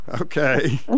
okay